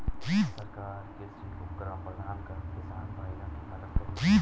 सरकार कृषि उपकरण प्रदान कर किसान भाइयों की मदद करें